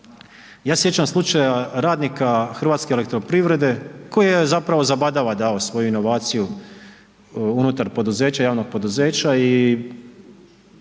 se sjećam slučaja radnika Hrvatske elektroprivrede koji je zapravo zabadava dao svoju inovaciju unutar poduzeća, javnog poduzeća